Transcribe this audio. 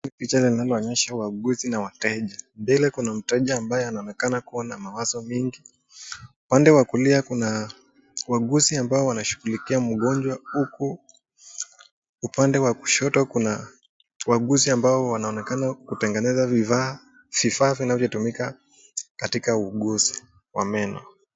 Hii picha linalowaonyesha wauuguzi na wateja. Mbele kuna mteja ambaye anaonekana kua na mawazo mengi. Pande wa kulia kuna wauguzi ambao wanashughulikia mgonjwa huku upande wa kushoto kuna wauguzi ambao wanaonekana kutengeneza bidhaa vifaa vinavyotumika katika wauguzi wa meno.